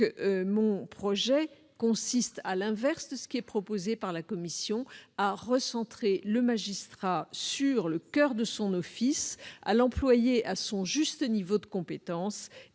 Mon projet consiste, à l'inverse de ce que propose la commission, à recentrer le magistrat sur le coeur de son office, à l'employer à son juste niveau de compétence